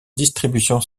distribution